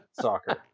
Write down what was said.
soccer